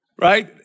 right